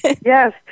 Yes